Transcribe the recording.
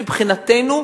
מבחינתנו,